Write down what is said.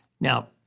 Now